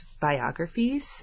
biographies